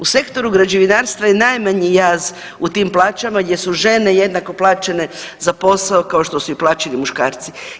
U sektoru građevinarstva je najmanji jaz u tim plaćama gdje su žene jednako plaćene za posao kao što su i plaćeni muškarci.